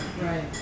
Right